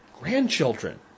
grandchildren